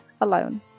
alone